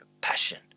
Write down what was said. passion